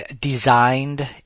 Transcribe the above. designed